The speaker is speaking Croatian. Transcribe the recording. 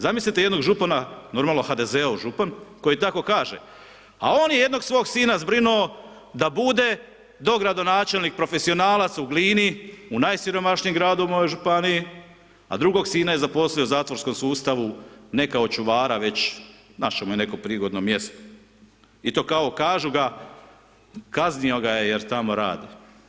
Zamislite jednog župana, normalno, HDZ-ov župan koji tako kaže a on je jednog svog sina zbrinuo da bude dogradonačelnik profesionalac u Glini, u najsiromašnijem gradu u mojoj županiji a drugog sina je zaposlio u zatvorskom sustavu ne kao čuvara već našao mu je neko prigodno mjesto i to kao kažu da, kaznio ga je jer tamo radi.